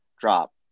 drop